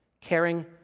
caring